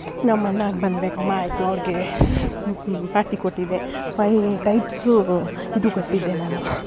ನಮ್ಮಣ್ಣಗೆ ಆಯಿತು ಅವ್ರಿಗೆ ಪಾರ್ಟಿ ಕೊಟ್ಟಿದ್ದೆ ಫೈವ್ ಟೈಪ್ಸು ಇದು ಕೊಟ್ಟಿದ್ದೆ ನಾನು